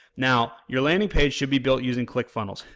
now, you're landing page should be built using click funnels,